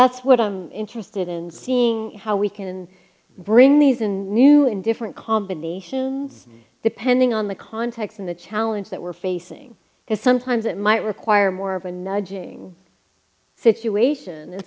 that's what i'm interested in seeing how we can bring these in new and different combinations depending on the context in the challenge that we're facing is sometimes it might require more of a nudging situation and